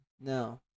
now